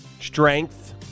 strength